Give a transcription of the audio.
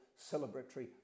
celebratory